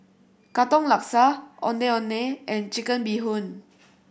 Katong Laksa Ondeh Ondeh and Chicken Bee Hoon